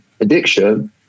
addiction